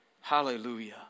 Hallelujah